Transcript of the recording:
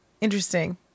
Interesting